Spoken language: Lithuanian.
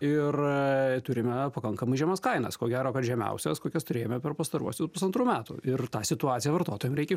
ir turime pakankamai žemas kainas ko gero kad žemiausios kokias turėjome per pastaruosius pusantrų metų ir tą situaciją vartotojams reikia